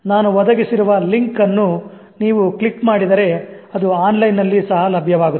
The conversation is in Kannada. ನಾನು ಒದಗಿಸಿರುವ ಲಿಂಕ್ ಅನ್ನು ನೀವು ಕ್ಲಿಕ್ ಮಾಡಿದರೆ ಅದು ಆನ್ ಲೈನ್ ನಲ್ಲಿ ಸಹ ಲಭ್ಯವಾಗುತ್ತದೆ